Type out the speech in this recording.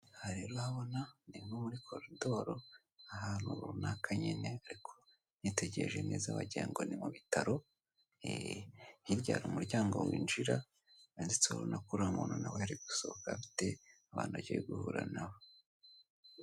Aha rero urabona ni nko muri korodoro ahantu runaka nyine ariko witegereje neza wagira ngo ni mubitaro eeee hirya hari umuryango winjira ndetse urabona ko uriya muntu nawe ari gusohoka afite abantu agiye guhura nabo.